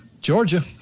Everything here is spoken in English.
Georgia